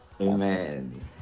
Amen